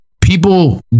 people